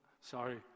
sorry